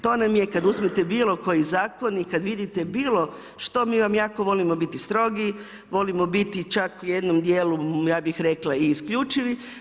To vam je kada uzmete bilo koji zakon i kad vidite bio što, mi vam jako volimo biti strogi, volimo biti čak i u jednom dijelu, ja bih rekla i isključivi.